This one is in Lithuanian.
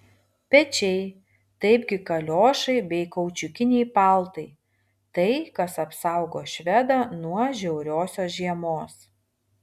pečiai taipgi kaliošai bei kaučiukiniai paltai tai kas apsaugo švedą nuo žiauriosios žiemos